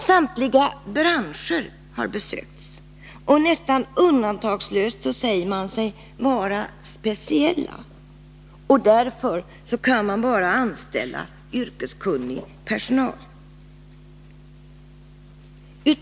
Samtliga branscher besöktes, och nästan undantagslöst sade man inom varje bransch att den var ”speciell” och att man därför kunde anställa endast yrkeskunnig personal.